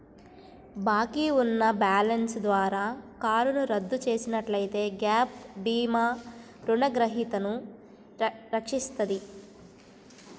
బాకీ ఉన్న బ్యాలెన్స్ ద్వారా కారును రద్దు చేసినట్లయితే గ్యాప్ భీమా రుణగ్రహీతను రక్షిస్తది